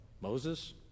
Moses